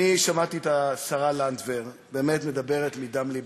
אני שמעתי את השרה לנדבר באמת מדברת מדם לבה.